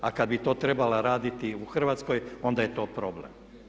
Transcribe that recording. A kad bi to trebala raditi u Hrvatskoj onda je to problem.